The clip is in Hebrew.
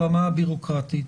ברמה הבירוקרטית,